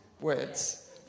words